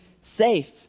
safe